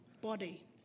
body